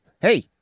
hey